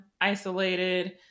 isolated